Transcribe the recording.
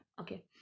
Okay